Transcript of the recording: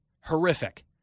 Horrific